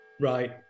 Right